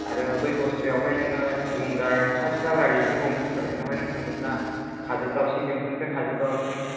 आरो बै दस्रायावहाय नोङो विंगार फिसा फिसा गारि बिदि गंथाम सोलायनायावनो थाङोब्ला खाजोलगावसिम बेंटलनिफ्राय खाजोलगावसिम